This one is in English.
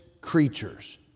creatures